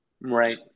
Right